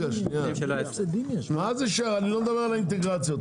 אני לא מדבר על האינטגרציות.